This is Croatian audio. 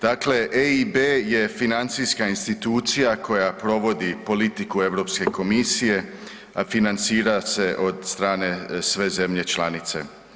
Dakle, EIB je financijska institucija koja provodi politiku Europske komisije, a financira se od strane sve zemlje članice.